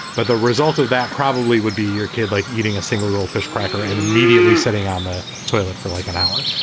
but the result of that probably would be your kid, like eating a single goldfish cracker and immediately sitting on the toilet for like an hour.